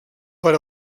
per